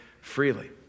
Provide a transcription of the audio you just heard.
freely